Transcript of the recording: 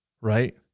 Right